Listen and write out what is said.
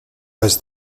was